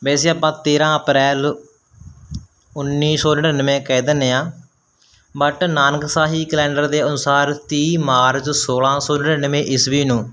ਵੈਸੇ ਆਪਾਂ ਤੇਰਾਂ ਅਪ੍ਰੈਲ ਉੱਨੀ ਸੌ ਨੜਿਨਵੇਂ ਕਹਿ ਦਿੰਦੇ ਹਾਂ ਬੱਟ ਨਾਨਕਸ਼ਾਹੀ ਕਲੈਂਡਰ ਦੇ ਅਨੁਸਾਰ ਤੀਹ ਮਾਰਚ ਸੋਲ੍ਹਾਂ ਸੌ ਨੜਿਨਵੇਂ ਈਸਵੀ ਨੂੰ